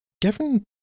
given